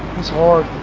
that's hard,